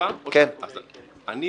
אתה רוצה לשמוע תשובה?